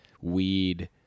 weed